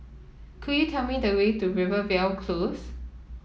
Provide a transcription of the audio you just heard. could you tell me the way to Rivervale Close